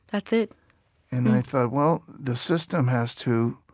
that's it and i thought, well, the system has to